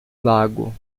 lago